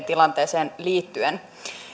tilanteeseen liittyen